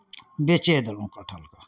बेचिए देलहुँ कटहरकेँ